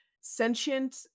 sentient